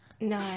No